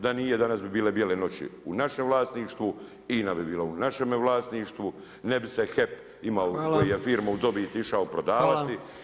Da nije danas bi bile bijele noći u našem vlasništvu, INA bi bila u našem vlasništvu, ne bi se HEP imao, koju je firmu u dobiti išao prodavati.